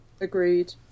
Agreed